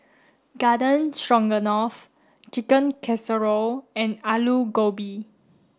Garden Stroganoff Chicken Casserole and Alu Gobi